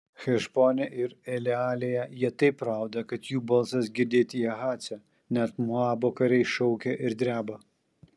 hešbone ir elealėje jie taip rauda kad jų balsas girdėti jahace net moabo kariai šaukia ir dreba